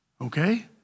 Okay